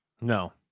No